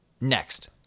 Next